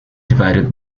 divided